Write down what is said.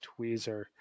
tweezer